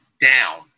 down